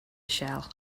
shell